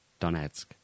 Donetsk